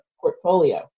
portfolio